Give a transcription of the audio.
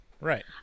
Right